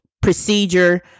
procedure